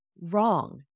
wrong